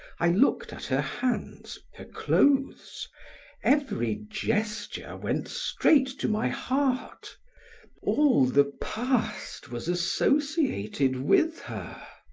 i looked at her hands, her clothes every gesture went straight to my heart all the past was associated with her.